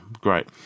Great